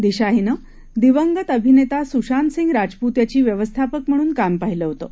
दिशा हिनं दिवंगत अभिनेता सुशांत सिंह राजपूत याची व्यवस्थापक म्हणून काम पाहिलं होतं